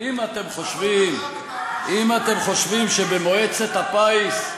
אם אתם חושבים שבמועצת הפיס,